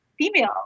female